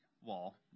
wall